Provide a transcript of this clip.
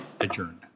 adjourned